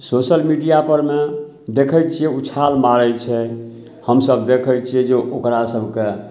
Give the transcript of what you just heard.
social मीडिआपरमे देखै छिए उछाल मारै छै हमसभ देखै छिए जे ओकरासभकेँ